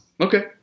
Okay